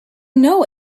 know